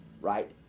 Right